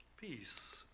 Peace